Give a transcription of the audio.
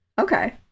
okay